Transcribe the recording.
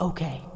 Okay